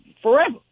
forever